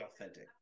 authentic